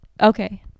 okay